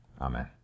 Amen